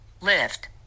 Lift